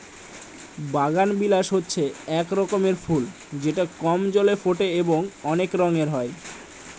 বাগানবিলাস হচ্ছে এক রকমের ফুল যেটা কম জলে ফোটে এবং অনেক রঙের হয়